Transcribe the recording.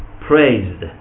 praised